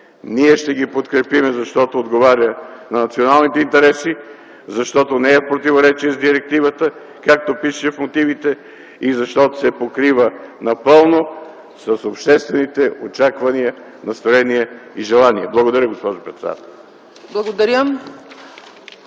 Ние ще ги подкрепим, защото отговаря на националните интереси, защото не е в противоречие с директивата, както пише в мотивите, и защото се покрива напълно с обществените очаквания, настроения и желания. Благодаря, госпожо председател.